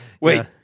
Wait